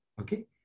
Okay